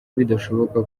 bidashoboka